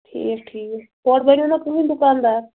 ٹھیٖک ٹھیٖک تورٕ بنیو نا کُنی دُکاندار